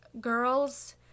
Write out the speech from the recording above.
girls